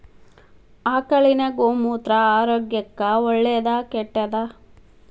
ಆಕಳಿನ ಗೋಮೂತ್ರ ಆರೋಗ್ಯಕ್ಕ ಒಳ್ಳೆದಾ ಕೆಟ್ಟದಾ?